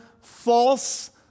false